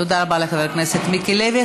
תודה רבה לחבר הכנסת מיקי לוי.